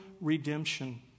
redemption